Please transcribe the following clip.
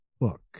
book